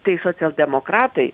tai socialdemokratai